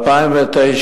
2009,